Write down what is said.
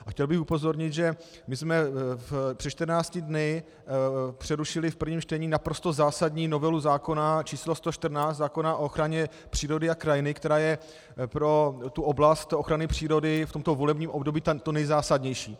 A chtěl bych upozornit, že my jsme před 14 dny přerušili v prvním čtení naprosto zásadní novelu zákona č. 114, zákona o ochraně přírody a krajiny, která je pro tu oblast ochrany přírody v tomto volebním období to nejzásadnější.